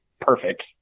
perfect